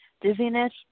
dizziness